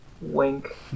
Wink